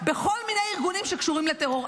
בכל מיני ארגונים שקשורים לטרור.